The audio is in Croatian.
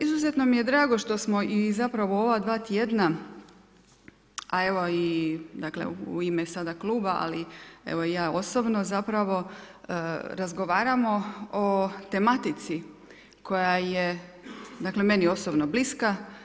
Izuzetno mi je drago što smo i zapravo u ova dva tjedna, a evo i u ime sada kluba, ali evo i ja osobno zapravo razgovaramo o tematici koja je, dakle meni osobno bliska.